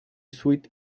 suite